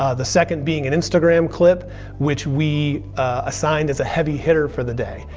ah the second being an instagram clip which we assigned as a heavy hitter for the day,